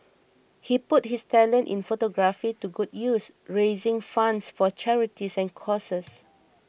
he put his talent in photography to good use raising funds for charities and causes